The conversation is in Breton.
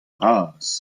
bras